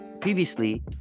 Previously